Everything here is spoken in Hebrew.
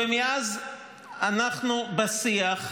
ומאז אנחנו בשיח מהמם: